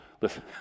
listen